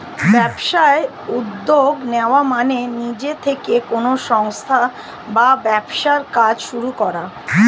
ব্যবসায় উদ্যোগ নেওয়া মানে নিজে থেকে কোনো সংস্থা বা ব্যবসার কাজ শুরু করা